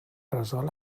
resol